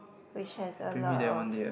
which has a lot of